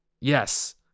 Yes